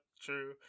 true